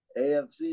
AFC